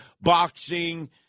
boxing